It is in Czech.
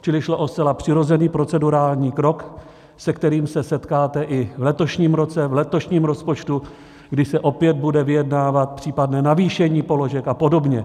Čili šlo o zcela přirozený procedurální krok, se kterým se setkáte i v letošním roce, v letošním rozpočtu, kdy se opět bude vyjednávat případné navýšení položek a podobně.